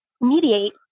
mediate